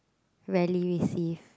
rarely receive